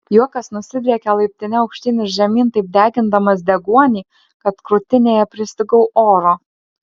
juokas nusidriekė laiptine aukštyn ir žemyn taip degindamas deguonį kad krūtinėje pristigau oro